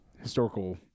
historical